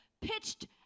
pitched